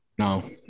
No